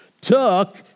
took